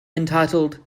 entitled